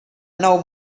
nou